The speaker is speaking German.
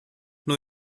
new